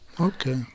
Okay